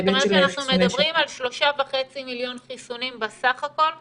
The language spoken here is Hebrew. זאת אומרת שאנחנו מדברים על 3.5 מיליון חיסונים בסך הכול ?